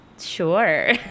Sure